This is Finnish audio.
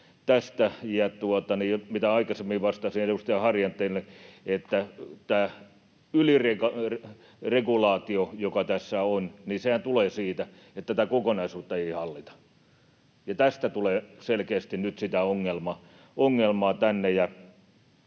tästä. Ja kuten aikaisemmin vastasin edustaja Harjanteelle, tämä yliregulaatiohan, joka tässä on, tulee siitä, että tätä kokonaisuutta ei hallita, ja tästä tulee selkeästi nyt sitä ongelmaa tänne.